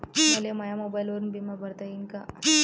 मले माया मोबाईलवरून बिमा भरता येईन का?